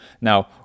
now